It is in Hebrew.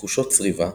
תחושות צריבה,